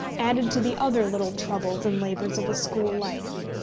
added to the other little troubles and labours of a school life!